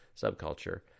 subculture